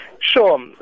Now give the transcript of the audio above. Sure